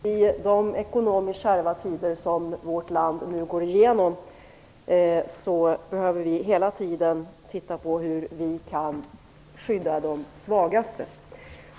Fru talman! I de ekonomiskt kärva tider vårt land nu går igenom behöver vi hela tiden titta på hur vi kan skydda de svagaste.